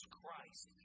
Christ